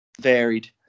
Varied